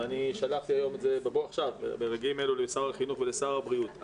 ואני שלחתי ברגעים אלו לשר החינוך ולשר הבריאות,